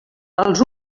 els